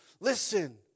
Listen